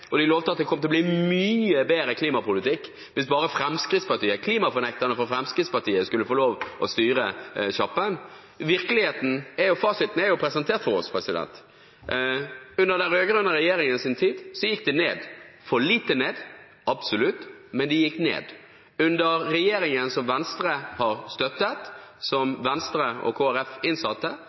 og de lovte at det kom til å bli mye bedre klimapolitikk hvis bare klimafornekterne fra Fremskrittspartiet fikk lov til å styre sjappen. Virkeligheten og fasiten er blitt presentert for oss: Under den rød-grønne regjeringens tid gikk de ned. For lite ned? Absolutt! Men de gikk ned. Under den regjeringen som Venstre har støttet, og som Venstre og Kristelig Folkeparti innsatte,